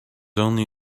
only